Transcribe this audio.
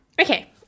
Okay